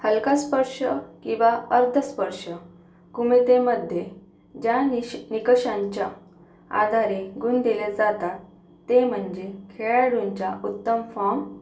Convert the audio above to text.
हलका स्पर्श किंवा अर्धस्पर्श कुमितेमध्ये ज्या निशी निकषांच्या आधारे गुण दिले जातात ते म्हणजे खेळाडूंच्या उत्तम फॉम